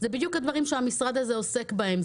זה בדיוק הדברים שהמשרד הזה עוסק בהם.